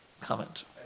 Comment